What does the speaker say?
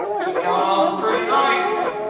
check out all the pretty lights!